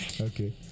Okay